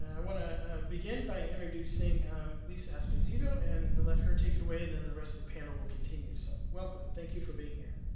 i want to begin by introducing lisa esposito and and let her take it away, and then the rest of the panel will continue. so, welcome, thank you for being here.